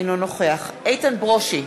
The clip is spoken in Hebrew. אינו נוכח איתן ברושי,